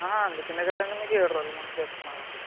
అందుకనే కదండి మీకు ఏడు రోలు ముందు చెబుతున్నాను